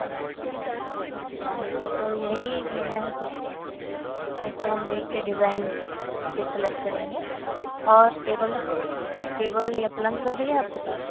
अच्छा हमको तो यही लेना है कुर्सी वह तो हम देखकर डिज़ाइन फिर सेलेक्ट करेंगे और टेबल टेबल या पलंग सब भी है आपके पास